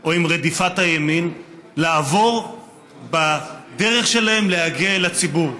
או עם רדיפת הימין לעבור בדרך שלהם להגיע אל הציבור.